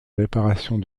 réparations